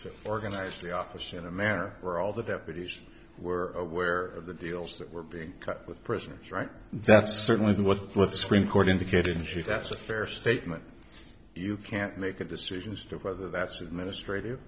to organize the office in a manner where all the deputies were aware of the deals that were being cut with prisoners right that's certainly what the supreme court indicated in chief that's a fair statement you can't make a decision as to whether that's